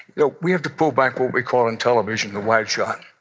know, we have to pull back what we call in television the wide shot.